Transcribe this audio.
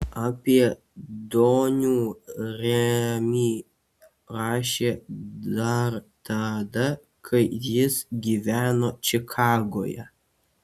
apie donių remį rašė dar tada kai jis gyveno čikagoje